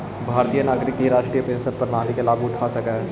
भारतीय नागरिक ही राष्ट्रीय पेंशन प्रणाली के लाभ उठा सकऽ हई